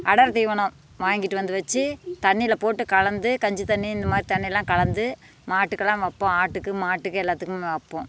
அடர் தீவனம் வாங்கிட்டு வந்து வெச்சு தண்ணியில் போட்டு கலந்து கஞ்சி தண்ணி இந்த மாதிரி தண்ணிலாம் கலந்து மாட்டுக்கெலாம் வைப்போம் ஆட்டுக்கு மாட்டுக்கு எல்லாத்துக்கும் வைப்போம்